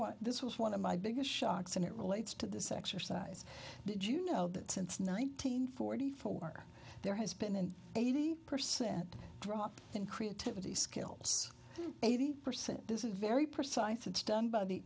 want this was one of my biggest shocks and it relates to this exercise did you know that since nineteen forty four there has been an eighty percent drop in creativity skills eighty percent this is very precise it's done by the